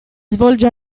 svolge